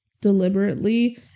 deliberately